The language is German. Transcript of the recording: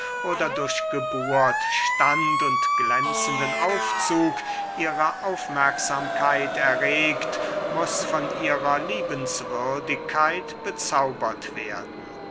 oder durch geburt stand und glänzenden aufzug ihre aufmerksamkeit erregt muß von ihrer liebenswürdigkeit bezaubert werden